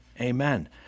Amen